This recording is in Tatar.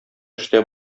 эштә